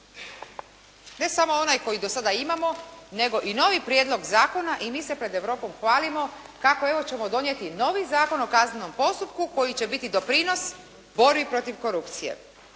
Ne samo onaj koji do sada imamo, nego i novi prijedlog zakona i mi se pred Europom hvalimo kako, evo ćemo donijeti novi Zakon o kaznenom postupku koji će biti doprinos borbi protiv korupcije.